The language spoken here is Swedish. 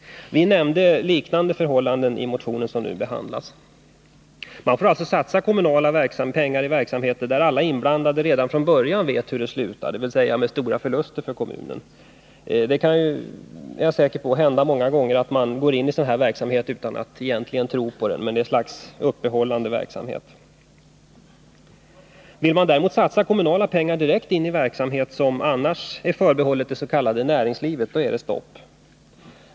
I den motion som nu behandlas har vi tagit upp liknande förhållanden. Man får alltså satsa kommunala pengar i verksamheter där alla inblandade redan från början vet hur det slutar, alltså med stora förluster för kommunen. Säkert går man ofta in i sådan här verksamhet utan att egentligen tro på den. Det rör sig om ett slags uppehållande verksamhet. Vill man däremot direkt satsa kommunala pengar på verksamhet som annars är förbehållen det s.k. näringslivet är det stopp.